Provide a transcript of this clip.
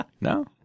No